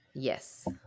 Yes